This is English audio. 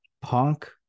Punk